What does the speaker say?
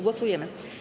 Głosujemy.